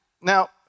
Now